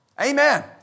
Amen